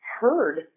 heard